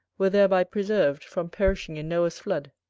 were thereby preserved from perishing in noah's flood.